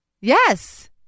Yes